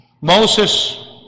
Moses